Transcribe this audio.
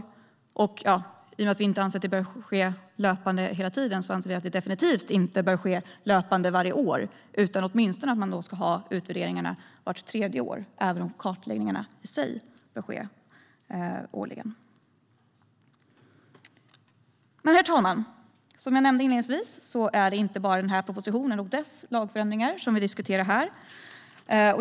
I och med att vi inte anser att dokumentation bör ske löpande menar vi att det definitivt inte bör ske varje år, utan man ska ha utvärderingarna vart tredje år även om kartläggningarna i sig bör ske årligen. Herr talman! Som jag nämnde inledningsvis är det inte bara propositionen och dess lagförslag som vi diskuterar här.